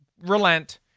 relent